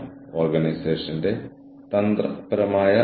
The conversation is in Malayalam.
നെറ്റ്വർക്ക് ഓർഗനൈസേഷന്റെ ചില വെല്ലുവിളികൾ